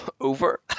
over